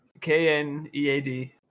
K-N-E-A-D